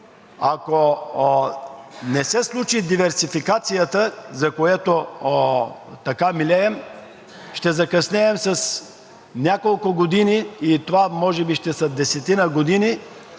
Ако не се случи диверсификацията, за която така милеем, ще закъснеем с няколко години – това може би ще са десетина години,